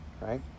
right